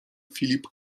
filip